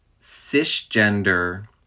Cisgender